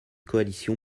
coalition